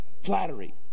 flattery